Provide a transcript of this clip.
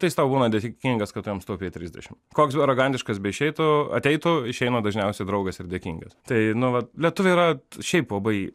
tai jis tau būna dėkingas kad tu jam sutaupei trisdešimt koks arogantiškas beišeitų beateitų išeina dažniausiai draugas ir dėkingas tai nu vat lietuviai yra šiaip labai